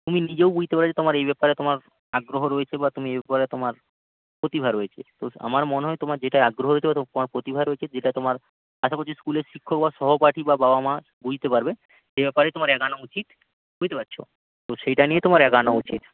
তুমি নিজেও বুঝতে পারবে যে তোমার এই ব্যাপারে তোমার আগ্রহ রয়েছে বা তুমি এই ব্যাপারে তোমার প্রতিভা রয়েছে তো আমার মনে হয় তোমার যেটায় আগ্রহ রয়েছে বা তোমার প্রতিভা রয়েছে যেটা তোমার আশা করছি স্কুলের শিক্ষক বা সহপাঠী বা বাবা মা বুঝতে পারবে সে ব্যাপারে তোমার এগোনো উচিত বুঝতে পারছ তো সেইটা নিয়ে তোমার এগোনো উচিত